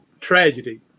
tragedy